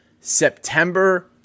September